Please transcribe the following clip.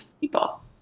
people